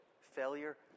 failure